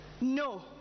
no